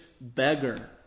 beggar